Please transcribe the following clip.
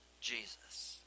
jesus